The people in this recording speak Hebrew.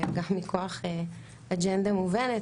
גם מכוח אג'נדה מובנת,